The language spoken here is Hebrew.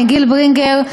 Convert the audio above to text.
גיל ברינגר,